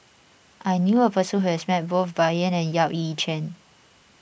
I knew a person who has met both Bai Yan and Yap Ee Chian